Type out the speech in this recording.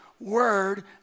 word